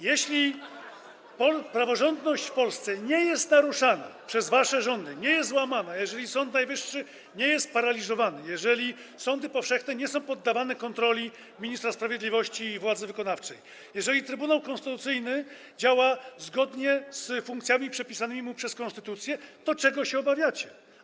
Jeśli praworządność w Polsce nie jest naruszana przez wasze rządy, nie jest łamana, jeżeli Sąd Najwyższy nie jest paraliżowany, jeżeli sądy powszechne nie są poddawane kontroli ministra sprawiedliwości i władzy wykonawczej, jeżeli Trybunał Konstytucyjny działa zgodnie z funkcjami przypisanymi mu przez konstytucję, to czego się obawiacie?